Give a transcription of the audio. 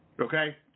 Okay